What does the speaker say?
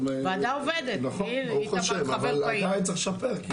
הוועדה עובדת, ברוך ה', אבל עדיין צריך לשפר.